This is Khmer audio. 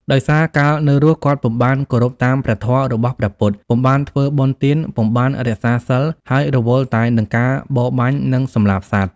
ដោយសារកាលនៅរស់ គាត់ពុំបានគោរពតាមព្រះធម៌របស់ព្រះពុទ្ធ ពុំបានធ្វើបុណ្យទាន ពុំបានរក្សាសីល ហើយរវល់តែនឹងការបរបាញ់ និងសម្លាប់សត្វ ។